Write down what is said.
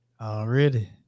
Already